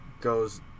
goes